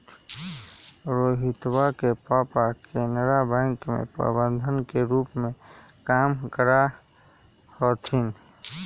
रोहितवा के पापा केनरा बैंक के प्रबंधक के रूप में काम करा हथिन